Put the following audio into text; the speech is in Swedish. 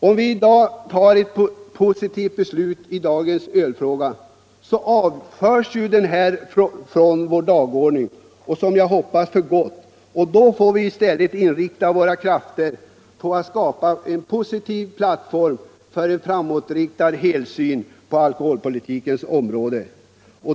Om vi fattar ett positivt beslut i dagens ölfråga så avförs den från vår dagordning — för gott, hoppas jag — och då får vi i stället inrikta våra krafter på att skapa en plattform för en positiv framåtriktad helhetssyn inom alkoholpolitikens område.